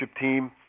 team